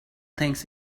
thinks